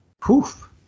poof